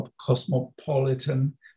cosmopolitan